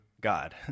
God